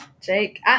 Jake